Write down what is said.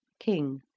king.